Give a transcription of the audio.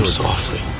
softly